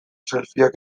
selfieak